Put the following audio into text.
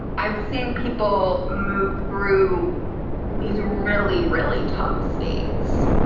i have seen people move through these really, really tough states.